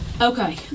Okay